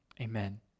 Amen